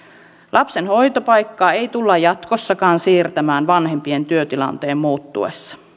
lapsen hoitopaikkaa ei tulla jatkossakaan siirtämään vanhempien työtilanteen muuttuessa